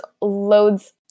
loads